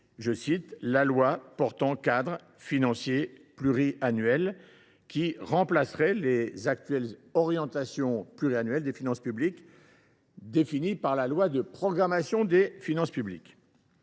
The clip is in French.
financier. Une loi portant cadre financier pluriannuel remplacerait les actuelles orientations pluriannuelles des finances publiques définies dans la loi de programmation des finances publiques.